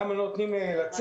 למה לא נותנים לצאת.